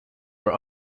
were